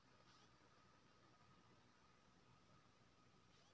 बछरा आर बछरी के खीस केतना आर कैसे पिलाना चाही?